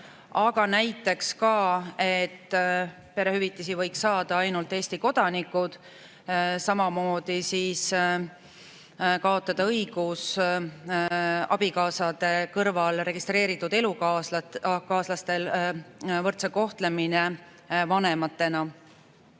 ka [ettepanek], et perehüvitisi võiks saada ainult Eesti kodanikud, samamoodi [ettepanek] kaotada õigus abikaasade kõrval ka registreeritud elukaaslastel võrdsele kohtlemisele vanematena.